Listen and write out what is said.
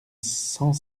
cent